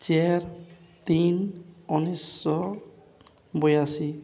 ଚାରି ତିନି ଉଣେଇଶହ ବୟାଅଶୀ